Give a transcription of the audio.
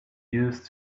used